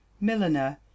milliner